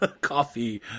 coffee